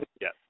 yes